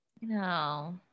No